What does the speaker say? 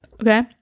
Okay